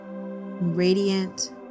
radiant